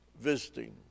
visiting